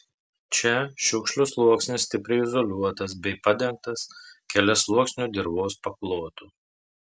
čia šiukšlių sluoksnis stipriai izoliuotas bei padengtas keliasluoksniu dirvos paklotu